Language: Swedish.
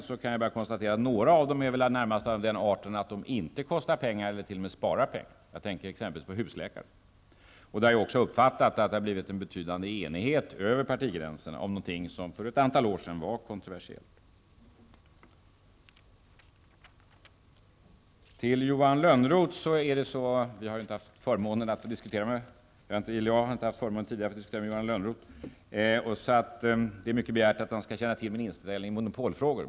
Jag kan bara konstatera att några av dem närmast är av den arten att de inte kostar pengar utan t.o.m. spar pengar. Jag tänker t.ex. på husläkarsystemet. Jag har också uppfattat att det har blivit en betydande enighet över partigränserna om detta som för ett antal år sedan var kontroversiellt. Jag har tidigare inte haft förmånen att diskutera med Johan Lönnroth. Det är därför mycket begärt att han skall känna till min inställning i monopolfrågan.